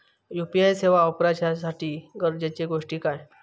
UPI सेवा वापराच्यासाठी गरजेचे गोष्टी काय?